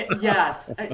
yes